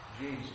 Jesus